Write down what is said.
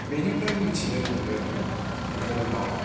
बेनिफ्राइ मिथिनो मोनदों धोरोमाव